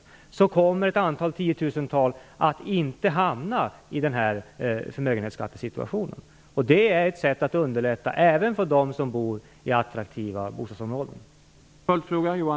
I och med den här åtgärden kommer ett antal tiotusen inte att hamna i den här förmögenhetsskattesituationen. Detta är ett sätt att underlätta även för dem som bor i attraktiva bostadsområden.